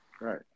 Right